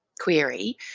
query